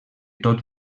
tot